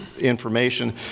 information